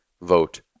vote